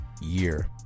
year